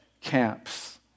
camps